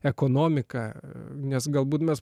ekonomika nes galbūt mes